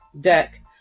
Deck